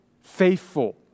faithful